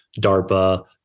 DARPA